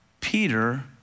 Peter